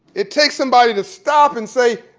it takes somebody to stop and say,